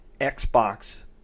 Xbox